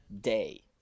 day